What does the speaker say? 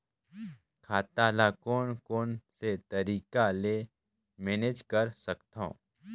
खाता ल कौन कौन से तरीका ले मैनेज कर सकथव?